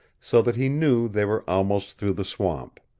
so that he knew they were almost through the swamp.